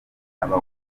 aba